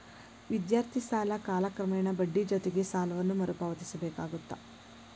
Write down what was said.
ವಿದ್ಯಾರ್ಥಿ ಸಾಲ ಕಾಲಕ್ರಮೇಣ ಬಡ್ಡಿ ಜೊತಿಗಿ ಸಾಲವನ್ನ ಮರುಪಾವತಿಸಬೇಕಾಗತ್ತ